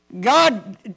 God